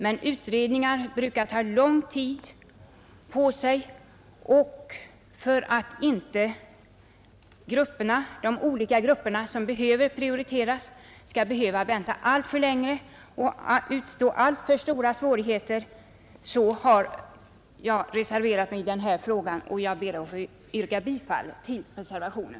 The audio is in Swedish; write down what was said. Men utredningar brukar ta lång tid på sig, och för att inte de olika grupper som behöver prioriteras skall vara tvungna att vänta alltför länge och utstå alltför stora svårigheter har jag reserverat mig i denna fråga. Jag ber att få yrka bifall till reservationen.